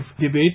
debate